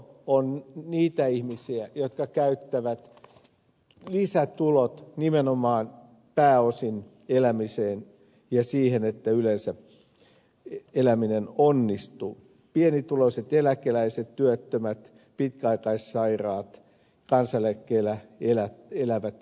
nämä ovat ihmisiä jotka käyttävät lisätulot nimenomaan pääosin elämiseen ja siihen että yleensä eläminen onnistuu pienituloisia eläkeläisiä työttömiä pitkäaikaissairaita kansaneläkkeellä eläviä ihmisiä